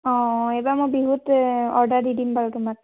অঁ এইবাৰ মই বিহুত অৰ্ডাৰ দি দিম বাৰু তোমাক